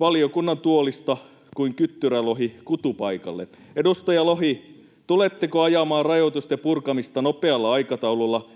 valiokunnan tuolista kuin kyttyrälohi kutupaikalle. Edustaja Lohi, tuletteko ajamaan rajoitusten purkamista nopealla aikataululla,